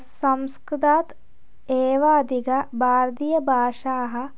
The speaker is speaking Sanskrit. संस्कृतात् एव अधिकं भारतीयभाषाः